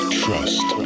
trust